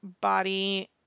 body